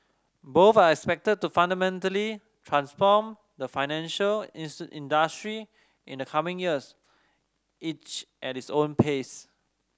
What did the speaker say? both are expected to fundamentally transform the financial industry in the coming years each at its own pace